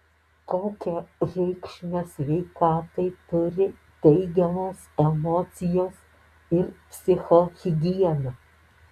kokią reikšmę sveikatai turi teigiamos emocijos ir psichohigiena